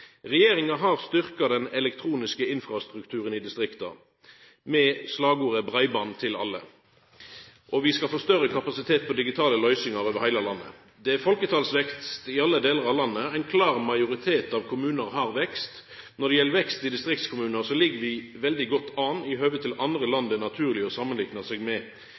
Regjeringa har styrkt den elektroniske infrastrukturen i distrikta med slagordet: Breiband til alle. Vi skal få større kapasitet på digitale løysingar over heile landet. Det er folketalsvekst i alle delar av landet. Ein klar majoritet av kommunar har vekst. Når det gjeld vekst i distriktskommunar, ligg vi veldig godt an i høve til andre land det er naturleg å samanlikna seg med.